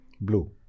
Blue